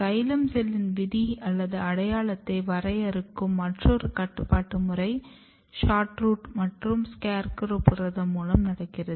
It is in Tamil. சைலம் செல்லின் விதி அல்லது அடையாளத்தை வரையறுக்கும் மற்றொரு கட்டுப்பாட்டு முறை SHORTROOT மற்றும் SCARECROW புரதம் மூலம் நடக்கிறது